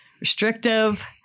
restrictive